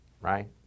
right